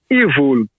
evil